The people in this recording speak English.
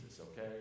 okay